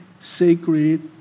sacred